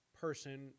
person